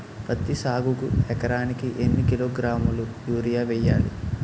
పత్తి సాగుకు ఎకరానికి ఎన్నికిలోగ్రాములా యూరియా వెయ్యాలి?